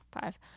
five